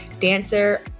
dancer